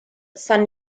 san